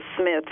Smith